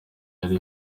yari